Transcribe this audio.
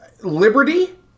Liberty